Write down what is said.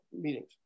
meetings